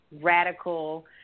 radical